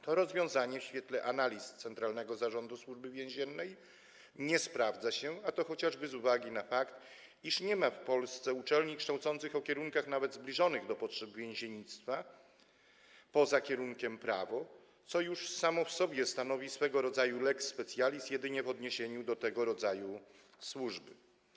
To rozwiązanie w świetle analiz Centralnego Zarządu Służby Więziennej się nie sprawdza, a to chociażby z uwagi na fakt, iż nie ma w Polsce uczelni kształcących na kierunkach choćby zbliżonych do potrzeb więziennictwa poza kierunkiem: prawo, co już samo w sobie stanowi swego rodzaju lex specialis jedynie w odniesieniu do tego rodzaju służby.